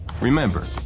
Remember